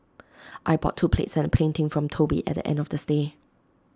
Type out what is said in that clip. I bought two plates and A painting from Toby at the end of the stay